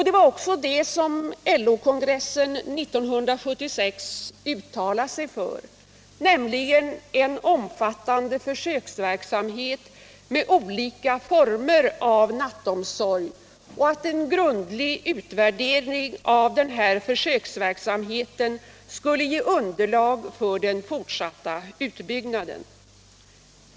Det var också det som LO-kongressen 1976 uttalade sig för, nämligen en omfattande försöksverksamhet med olika former av nattomsorg och en grundlig utvärdering av försöksverksamheten som skulle ge underlag för den fortsatta utbyggnaden.